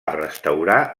restaurar